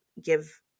give